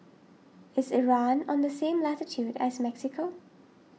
is Iran on the same latitude as Mexico